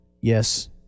Yes